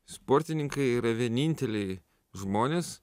sportininkai yra vieninteliai žmonės